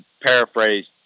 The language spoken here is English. paraphrase